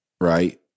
right